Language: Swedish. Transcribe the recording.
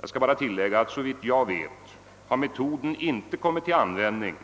Jag skall bara tillägga att metoden såvitt jag vet inte har kommit till användning,